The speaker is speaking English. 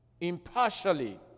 impartially